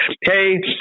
hey